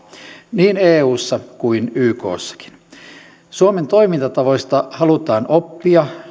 niin eussa kuin ykssakin suomen toimintatavoista halutaan oppia